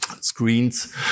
screens